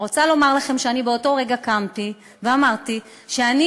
אני רוצה לומר לכם שבאותו רגע קמתי ואמרתי שאני